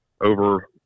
over